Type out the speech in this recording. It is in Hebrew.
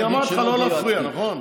אני אמרתי לך לא להפריע, נכון?